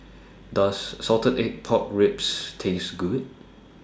Does Salted Egg Pork Ribs Taste Good